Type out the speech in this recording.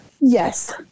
yes